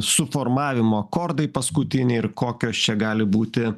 suformavimo akordai paskutiniai ir kokios čia gali būti